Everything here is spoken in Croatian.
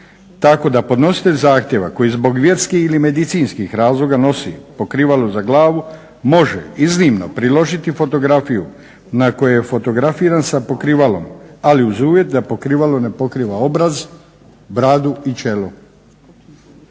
tako da podnositelj zahtjeva koji zbog vjerskih ili medicinskih razloga nosi pokrivalo za glavu može iznimno priložiti fotografiju na kojoj je fotografiran sa pokrivalom, ali uz uvjet da pokrivalo ne pokriva obraz, bradu i čelo.